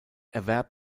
erwerb